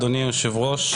אדוני היושב-ראש,